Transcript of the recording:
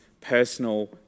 personal